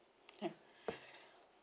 yes